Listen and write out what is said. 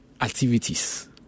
activities